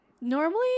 normally